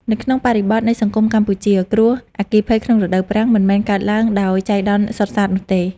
នៅក្នុងបរិបទនៃសង្គមកម្ពុជា គ្រោះអគ្គីភ័យក្នុងរដូវប្រាំងមិនមែនកើតឡើងដោយចៃដន្យសុទ្ធសាធនោះទេ។